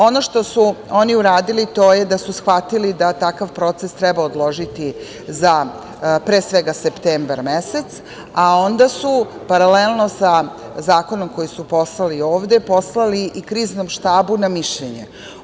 Ono što su oni uradili, to je da su shvatili da takav proces treba odložiti za, pre svega septembar mesec, a onda su paralelno sa zakonom koji su poslali ovde, poslali i Kriznom štabu na mišljenje.